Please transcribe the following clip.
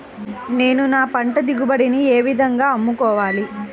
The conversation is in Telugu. నేను నా పంట దిగుబడిని ఏ విధంగా అమ్ముకోవాలి?